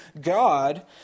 God